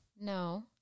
No